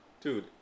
Dude